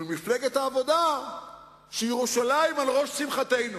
ולמפלגת העבודה שירושלים על ראש שמחתנו.